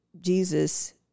Jesus